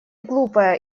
глупая